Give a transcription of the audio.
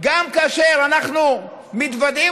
גם כאשר אנחנו מתוודעים